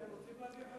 הם רוצים להעביר חקיקה.